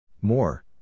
More